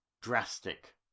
drastic